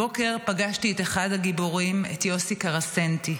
הבוקר פגשתי את אחד הגיבורים, את יוסי קרסנטי.